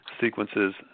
sequences